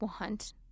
want